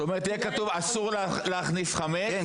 זאת אומרת יהיה כתוב שאסור להכניס חמץ וכולם יוכלו להכניס חמץ?